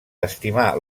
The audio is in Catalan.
estimar